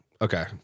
Okay